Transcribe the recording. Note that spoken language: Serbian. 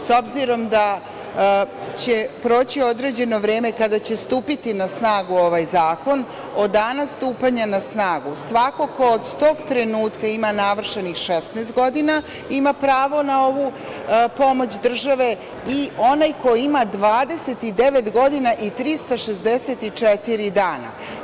S obzirom da će proći određeno vreme kada će stupiti na snagu ovaj zakon, od dana stupanja na snagu svako ko od tog trenutka ima navršenih 16 godina, ima pravo na ovu pomoć države i onaj ko ima 29 godina i 364 dana.